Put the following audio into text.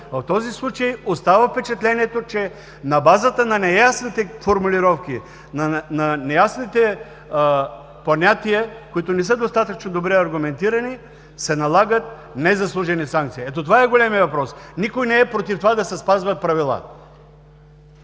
В този случай остава впечатлението, че на базата на неясните формулировки, на неясните понятия, които не са достатъчно добре аргументирани, се налагат незаслужени санкции. Ето това е големият въпрос. Никой не е против това да се спазват правила.